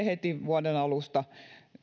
heti vuoden alusta